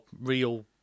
real